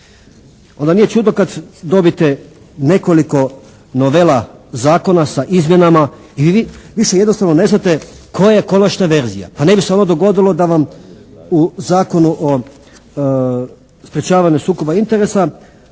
Onda nije čudo kad dobijete nekoliko novela zakona sa izmjenama i vi više jednostavno ne znate koja je konačna verzija. Pa ne bi se ono dogodilo da vam u Zakonu o sprječavanju sukoba interesa